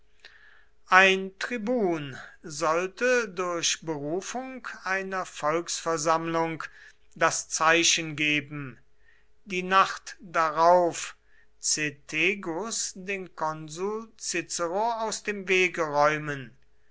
ein tribun sollte durch berufung einer volksversammlung das zeichen geben die nacht darauf cethegus den konsul cicero aus dem wege räumen